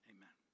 Amen